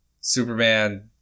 Superman